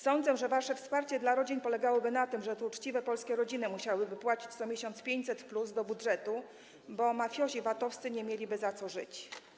Sądzę, że wasze wsparcie dla rodzin polegałoby na tym, że to uczciwe polskie rodziny musiałyby płacić co miesiąc 500+ do budżetu, bo mafiosi VAT-owscy nie mieliby za co żyć.